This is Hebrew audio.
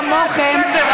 כמוכם,